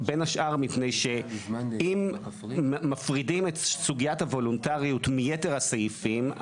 בין השאר מפני שאם מפרידים את סוגיית הוולונטריות מיתר הסעיפים,